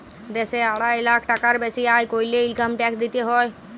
দ্যাশে আড়াই লাখ টাকার বেসি আয় ক্যরলে ইলকাম ট্যাক্স দিতে হ্যয়